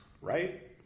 Right